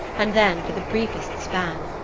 and then for the briefest span.